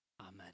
Amen